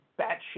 batshit